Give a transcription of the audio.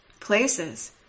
places